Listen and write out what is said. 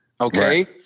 okay